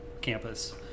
campus